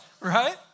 Right